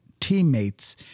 teammates